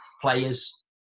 players